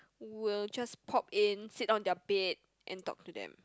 will just pop in sit on their bed and talk to them